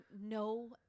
no